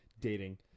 dating